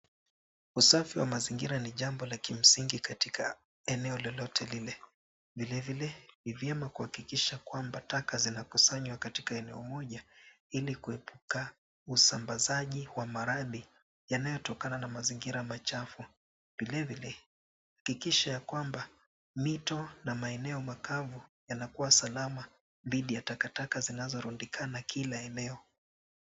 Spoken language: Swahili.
Usafi wa mazingira ni jambo la kimsingi katika eneo lolote lile, vilevile ni vyema kuhakikisha kwamba taka zinakusanywa katika eneo moja ili kuepuka usambazaji wa maradhi yanayotokana na mazingira machafu. Vilevile kuhakikisha kwamba mito na maeneo makavu yanakuwa salama dhidi ya takataka zinazorundikana kila eneo.